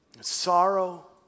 sorrow